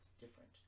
different